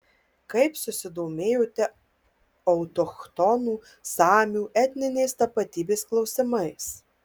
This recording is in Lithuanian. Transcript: kaip susidomėjote autochtonų samių etninės tapatybės klausimais